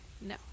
no